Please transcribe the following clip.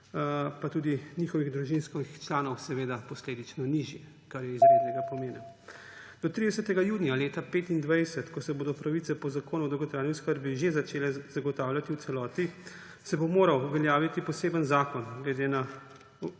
pa tudi njihovih družinskih članov seveda posledično nižji, kar je izrednega pomena. Do 30. junija 2025, ko se bodo pravice po Zakonu o dolgotrajni oskrbi že začele zagotavljati v celoti, se bo moral uveljaviti poseben zakon glede